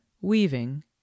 weaving